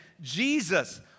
Jesus